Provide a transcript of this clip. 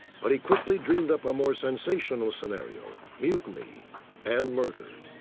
but he quickly dreamed up a more sensational scenario mutiny and murder.